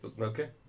Okay